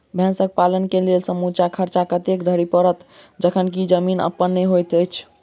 भैंसक पालन केँ लेल समूचा खर्चा कतेक धरि पड़त? जखन की जमीन अप्पन नै होइत छी